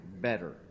better